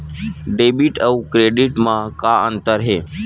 Debit अउ credit म का अंतर हे?